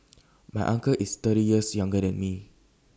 my uncle is thirty years younger than me